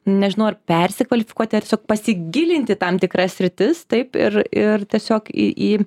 nežinau ar persikvalifikuoti ar tiesiog pasigilinti tam tikras sritis taip ir ir tiesiog į į